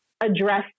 address